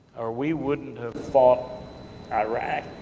or we wouldn't have fought iraq,